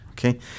Okay